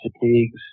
fatigues